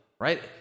right